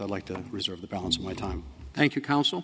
i'd like to reserve the balance of my time thank you counsel